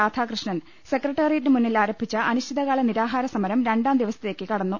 രാധാകൃഷ്ണൻ സെക്രട്ടേറിയറ്റിന് മുന്നിൽ ആരംഭിച്ച അനിശ്ചിതകാല് നിരാഹാര സമരം രണ്ടാം ദിവസത്തേക്ക് കടന്നു